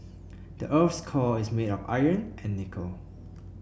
the earth's core is made of iron and nickel